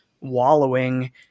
wallowing